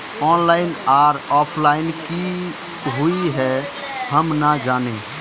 Online आर offline की हुई है हम ना जाने?